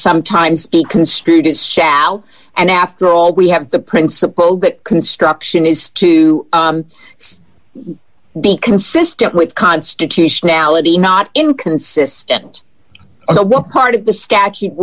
sometimes be construed as shout and after all we have the principle that construction is to be consistent with constitutionality not inconsistent so what part of the statute